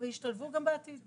יש לי מספיק מה להגיד על בריאות,